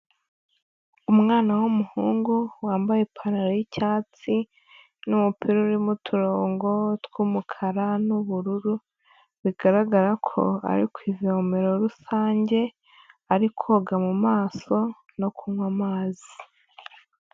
Umwana w'umuhungu wambaye ipantaro y'icyatsi, n'umupira urimo uturongo tw'umukara n'ubururu, bigaragara ko ari ku ivomero rusange ari koga mu maso no kunywa amazi.